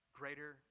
greater